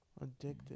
Addicted